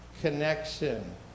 connection